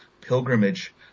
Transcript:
pilgrimage